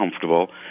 comfortable